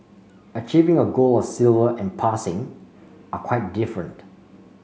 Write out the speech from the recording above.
achieving a gold or silver and passing are quite different